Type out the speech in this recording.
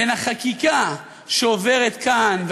בין החקיקה שעוברת כאן,